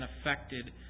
affected